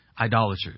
idolaters